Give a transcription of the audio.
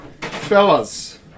fellas